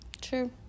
True